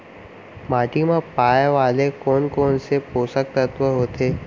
माटी मा पाए वाले कोन कोन से पोसक तत्व होथे?